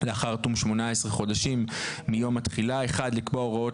לאחר תום 18 חודשים מיום התחילה (1)לקבוע הוראות